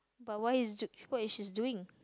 but why is what is she doing